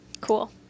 Cool